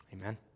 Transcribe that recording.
Amen